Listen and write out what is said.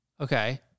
Okay